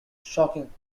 shocking